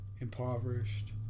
impoverished